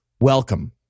welcome